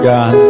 God